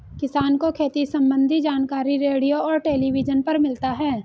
किसान को खेती सम्बन्धी जानकारी रेडियो और टेलीविज़न पर मिलता है